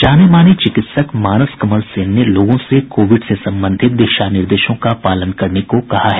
जाने माने चिकित्सक मानस कमल सेन ने लोगों से कोविड से संबंधित दिशा निर्देशों का पालन करने को कहा है